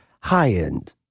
high-end